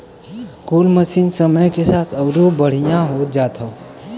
कुल मसीन समय के साथ अउरो बढ़िया होत जात हौ